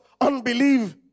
unbelief